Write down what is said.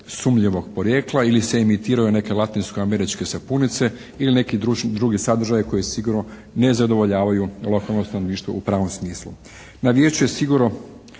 sumnjivog porijekla ili se emitiraju neke latinsko-američke sapunice ili neki drugi sadržaji koji sigurno ne zadovoljavaju lokalno stanovništvo u pravom smislu.